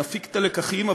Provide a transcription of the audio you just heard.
נפיק את הלקחים,